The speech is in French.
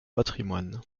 patrimoine